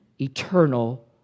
eternal